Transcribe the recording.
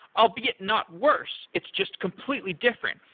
albeit not worse. it's just completely different.